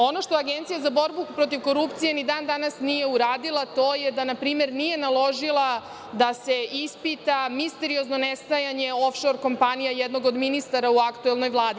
Ono što Agencija za borbu protiv korupcije ni dan danas nije uradila, to je da na primer nije naložila da se ispita misteriozno nestajanje of šor kompanije jednog od ministara u aktuelnoj Vladi.